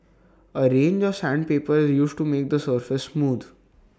A range of sandpaper is used to make the surface smooth